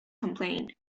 complained